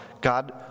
God